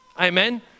Amen